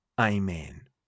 Amen